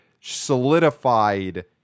solidified